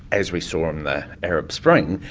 as we saw in the arab spring,